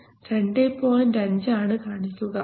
5 ആണ് കാണിക്കുക